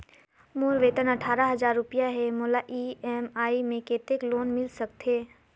मोर वेतन अट्ठारह हजार रुपिया हे मोला ई.एम.आई मे कतेक लोन मिल सकथे?